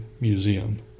museum